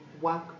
work